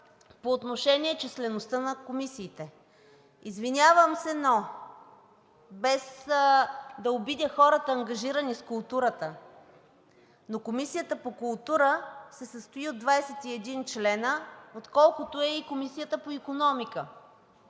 по отношение числеността на комисиите. Извинявам се, без да обидя хората, ангажирани с културата, но Комисията по култура се състои от 21 членове, колкото е и Комисията по икономика,